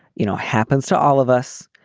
you know, happens to all of us.